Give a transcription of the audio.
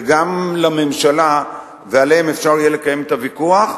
וגם לממשלה, ועליהם יהיה אפשר לקיים את הוויכוח.